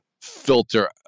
filter